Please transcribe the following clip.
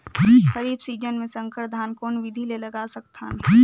खरीफ season मे संकर धान कोन विधि ले लगा सकथन?